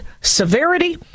severity